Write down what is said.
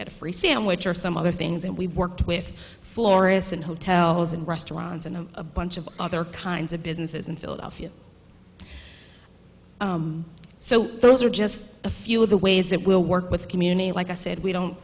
get a free sandwich or some other things and we've worked with florissant hotels and restaurants and a bunch of other kinds of businesses in philadelphia so those are just a few of the ways it will work with community like i said we don't